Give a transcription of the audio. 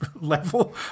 level